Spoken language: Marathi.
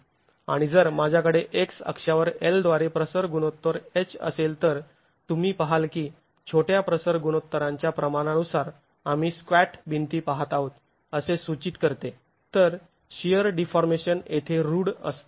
आणि जर माझ्याकडे x अक्षावर L द्वारे प्रसर गुणोत्तर H असेल तर तुम्ही पहाल की छोट्या प्रसर गुणोत्तरांच्या प्रमाणानुसार आम्ही स्क्वॅट भिंती पहात आहोत असे सूचित करते तर शिअर डीफॉर्मेशन येथे रूढ असते